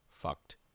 fucked